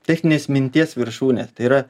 techninės minties viršūnė tai yra